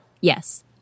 yes